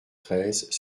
treize